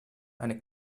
eine